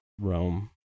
rome